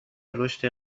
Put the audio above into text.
رشد